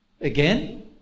Again